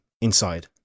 inside